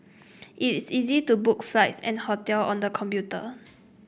it is easy to book flights and hotel on the computer